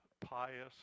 pious